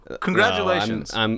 Congratulations